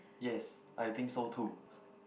yes I think so too